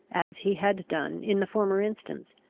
as he had done in the former instance.